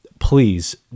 Please